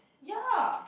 ya